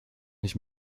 nicht